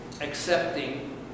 Accepting